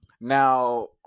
Now